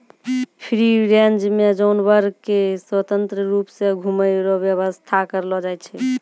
free range मे जानवर के स्वतंत्र रुप से घुमै रो व्याबस्था करलो जाय छै